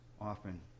often